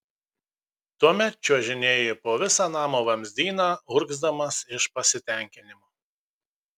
tuomet čiuožinėju po visą namo vamzdyną urgzdamas iš pasitenkinimo